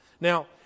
Now